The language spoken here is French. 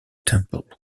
temple